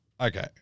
Okay